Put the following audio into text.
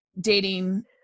dating